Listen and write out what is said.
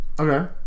Okay